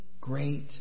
great